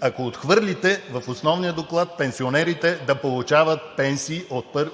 ако отхвърлите в основния доклад пенсионерите да получават